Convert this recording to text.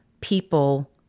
people